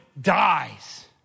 dies